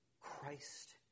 Christ